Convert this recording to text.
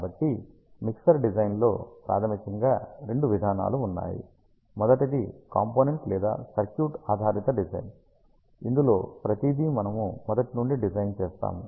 కాబట్టి mixer design లో ప్రాథమికంగా రెండు విధానాలు ఉన్నాయి మొదటిది కాంపోనెంట్ లేదా సర్క్యూట్ ఆధారిత డిజైన్ ఇందులో ప్రతిదీ మనము మొదటి నుండి డిజైన్ చేస్తాము